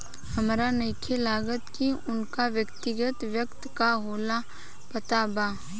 हामरा नइखे लागत की उनका व्यक्तिगत वित्त का होला पता बा